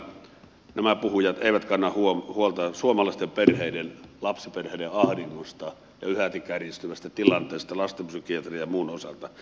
samaan aikaan nämä puhujat eivät kanna huolta suomalaisten perheiden lapsiperheiden ahdingosta ja yhäti kärjistyvästä tilanteesta lastenpsykiatrian ja muun osalta